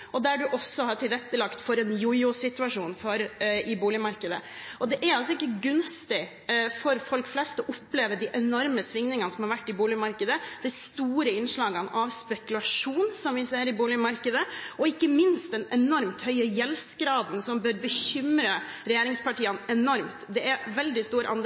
og der en har tilrettelagt for en jojo-situasjon i boligmarkedet. Det er ikke gunstig for folk flest å oppleve de enorme svingningene som har vært i boligmarkedet. Vi ser store innslag av spekulasjon i boligmarkedet og ikke minst den enormt høye gjeldsgraden, som bør bekymre regjeringspartiene enormt. Det er en veldig stor andel